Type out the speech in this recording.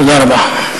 תודה רבה.